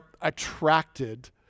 attracted